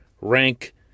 rank